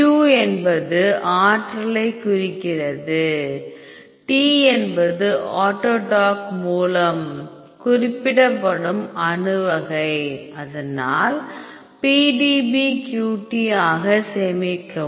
Q என்பது ஆற்றலைக் குறிக்கிறது T என்பது ஆட்டோடாக் மூலம் குறிப்பிடப்படும் அணு வகை அதனால் PDBQT ஆக சேமிக்கவும்